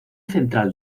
central